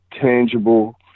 tangible